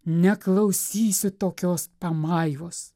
neklausysiu tokios pamaivos